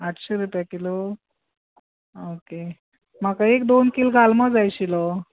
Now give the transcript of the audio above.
आठशें रुपया किलो आं ओके म्हाका एक दोन किल गालमो जाय आशिल्लो